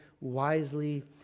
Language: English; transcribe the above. wisely